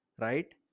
right